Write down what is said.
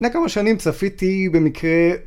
לפני כמה שנים צפיתי במקרה.